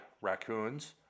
raccoons